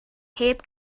heb